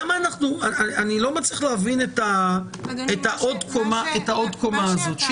אני לא מצליח להבין את העוד קומה הזאת,